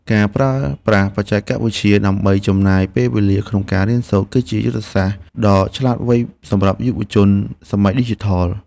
ការប្រើប្រាស់បច្ចេកវិទ្យាដើម្បីចំណេញពេលវេលាក្នុងការរៀនសូត្រ គឺជាយុទ្ធសាស្ត្រដ៏ឆ្លាតវៃសម្រាប់យុវជនសម័យឌីជីថល។